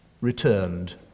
returned